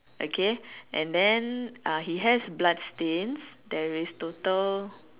okay and then uh he has blood stains there is total